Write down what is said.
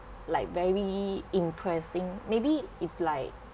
like very impressing maybe if like